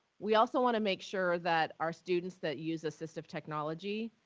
we also want to make sure that our students that use assistive technology,